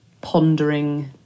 pondering